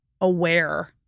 aware